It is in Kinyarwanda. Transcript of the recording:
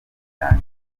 yanjye